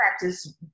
practice